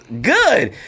good